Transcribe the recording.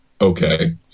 Okay